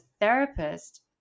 therapist